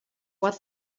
what